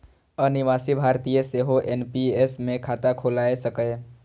अनिवासी भारतीय सेहो एन.पी.एस मे खाता खोलाए सकैए